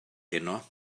heno